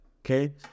Okay